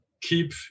keep